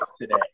today